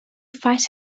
fight